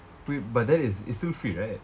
wait but that it's it's still free right